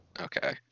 Okay